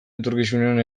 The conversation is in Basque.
etorkizunean